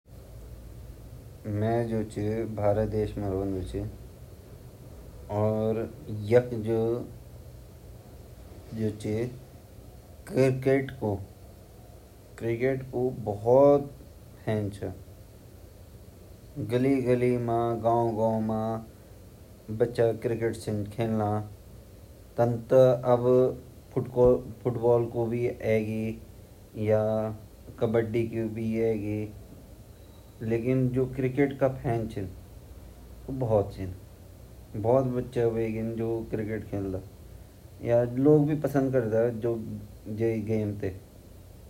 आ जु हमा देश ची ना ता हमा देश मा सब लोग क्रिकेट देखन भोत क्रिकेट देखन ,हमा गौ मा जु ची वने कब्बडी छिन कुश्ती छिन भोत देखन, पकड़म पकड़ाई ची अर खो-खो ची बच्चा भोत खो -खो खेलन।